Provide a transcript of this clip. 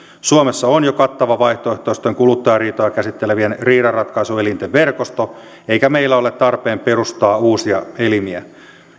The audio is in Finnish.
suomessa on jo kattava vaihtoehtoisten kuluttajariitoja käsittelevien riidanratkaisuelinten verkosto eikä meillä ole tarpeen perustaa uusia elimiä